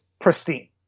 pristine